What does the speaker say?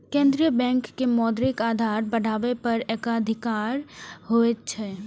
केंद्रीय बैंक के मौद्रिक आधार बढ़ाबै पर एकाधिकार होइ छै